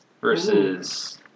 versus